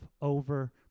over